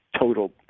total